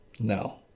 No